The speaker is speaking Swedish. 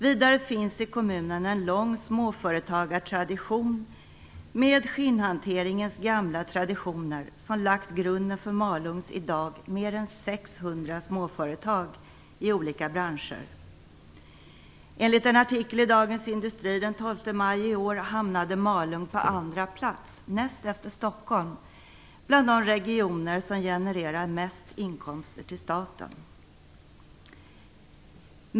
Vidare finns i kommunen en lång småföretagartradition, med skinnhanteringens gamla traditioner, som lagt grunden för Malungs i dag mer än 600 småföretag i olika branscher. Enligt en artikel i Dagens Industri den 12 maj i år hamnade Malung på andra plats, näst efter Stockholm, bland de regioner som genererar mest inkomster till staten.